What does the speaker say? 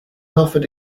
offered